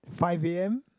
five a_m